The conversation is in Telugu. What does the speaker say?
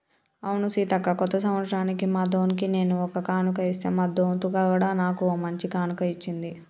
అవును సీతక్క కొత్త సంవత్సరానికి మా దొన్కి నేను ఒక కానుక ఇస్తే మా దొంత్ కూడా నాకు ఓ మంచి కానుక ఇచ్చింది